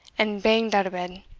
and banged out o' bed,